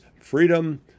freedom